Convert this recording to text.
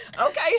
Okay